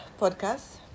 podcast